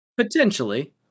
Potentially